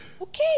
okay